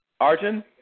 Arjun